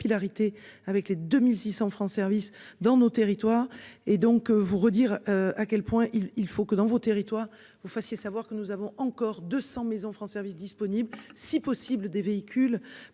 avec les 2600 francs service dans nos territoires et donc vous redire à quel point il il faut que dans vos territoires vous fassiez savoir que nous avons encore 200 maisons France service disponible si possible des véhicules,